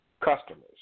customers